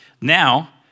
Now